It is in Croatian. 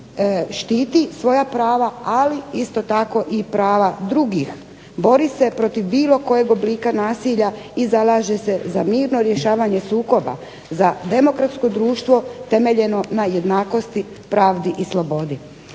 štiti svoja prava ali isto tako i prava drugih, bori se protiv bilo kojeg oblika nasilja i zalaže se za mirno rješavanje sukoba, za demokratsko društvo temeljno na jednakosti, pravdi i slobodi.